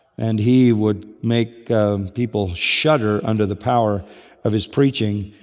and he would make people shudder under the power of his preaching.